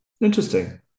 interesting